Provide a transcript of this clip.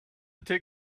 take